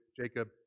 Jacob